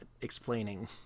explaining